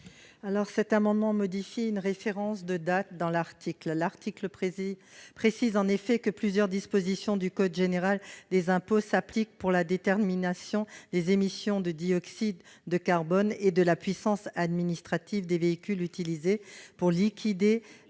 Cet amendement vise à modifier une référence de date dans l'article 18. En effet, il est prévu que plusieurs dispositions du code général des impôts s'appliquent pour la détermination des émissions de dioxyde de carbone et de la puissance administrative des véhicules utilisés en vue de liquider